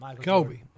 Kobe